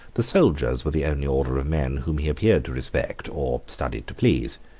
the soldiers were the only order of men whom he appeared to respect, or studied to please.